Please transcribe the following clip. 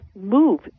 move